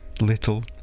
Little